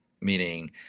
meaning